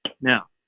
Now